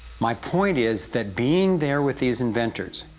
my point is, that being there with these inventors,